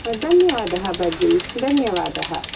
धन्यवादः भगिनी धन्यवादः